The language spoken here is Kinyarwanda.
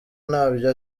ntabyo